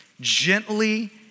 gently